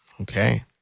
Okay